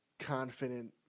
confident